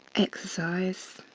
exercise